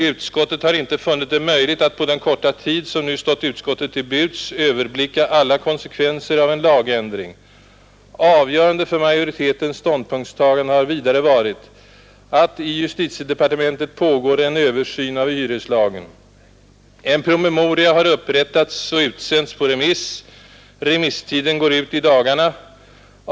Utskottet har inte funnit det möjligt att på den korta tid som nu stått utskottet till buds överblicka alla konsekvenser av en lagändring. Avgörande för majoritetens ståndpunktstagande har vidare varit, att i justitiedepartementet pågår en översyn av hyreslagen. En PM har upprättats och utsänts på remiss. Remisstiden går ut i dagarna.